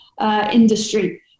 Industry